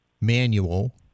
manual